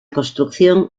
construcción